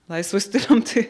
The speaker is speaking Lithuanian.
laisvu stilium tai